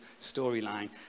storyline